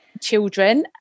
children